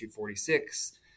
246